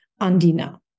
Andina